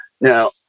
Now